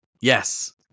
yes